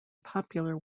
popular